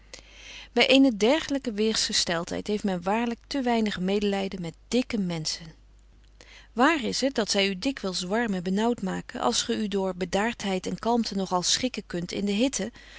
bij eene dergelijke weersgesteldheid heeft men waarlijk te weinig medelijden met dikke menschen wààr is het dat zij u dikwijls warm en benauwd maken als ge u door bedaardheid en kalmte nogal schikken kunt in de hitte